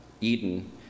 Eden